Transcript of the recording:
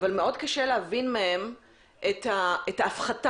אבל מאוד קשה להבין מהם את ההפחתה.